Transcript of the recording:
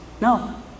No